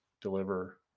deliver